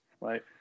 right